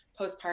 postpartum